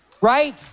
right